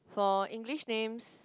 for English names